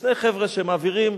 שני חבר'ה שמעבירים,